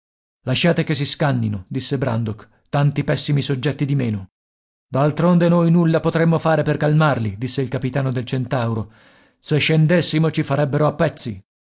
lasciate che si scannino disse brandok tanti pessimi soggetti di meno d'altronde noi nulla potremmo fare per calmarli disse il capitano del centauro se scendessimo ci farebbero a pezzi